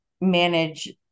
manage